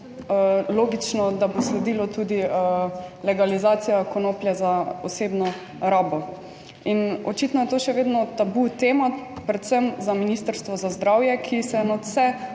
potem logično, da bo sledilo tudi legalizacija konoplje za osebno rabo in očitno je to še vedno tabu tema predvsem za Ministrstvo za zdravje, ki se nadvse